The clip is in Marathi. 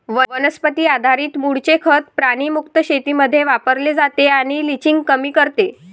वनस्पती आधारित मूळचे खत प्राणी मुक्त शेतीमध्ये वापरले जाते आणि लिचिंग कमी करते